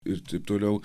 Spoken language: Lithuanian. ir taip toliau